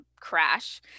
crash